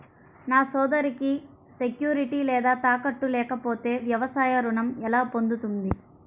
నా సోదరికి సెక్యూరిటీ లేదా తాకట్టు లేకపోతే వ్యవసాయ రుణం ఎలా పొందుతుంది?